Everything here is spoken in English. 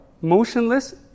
motionless